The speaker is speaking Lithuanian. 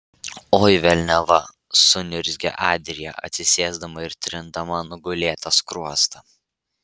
oi velniava suniurzgė adrija atsisėsdama ir trindama nugulėtą skruostą